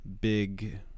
big